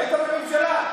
היית בממשלה.